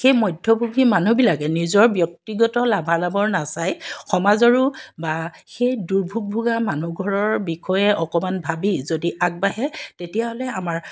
সেই মধ্যভোগী মানুহবিলাকে নিজৰ ব্যক্তিগতৰ লাভালাভৰ নাচাই সমাজৰো বা সেই দুৰ্ভোগ ভোগা মানুহঘৰৰ ঘৰৰ বিষয়ে অকণমান ভাবি যদি আগবাঢ়ে তেতিয়াহ'লে আমাৰ